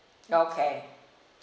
okay